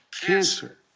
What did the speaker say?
cancer